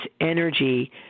energy